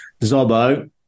Zobo